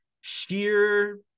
sheer